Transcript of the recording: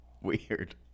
weird